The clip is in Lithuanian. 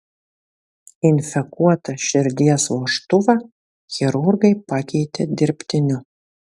infekuotą širdies vožtuvą chirurgai pakeitė dirbtiniu